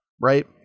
right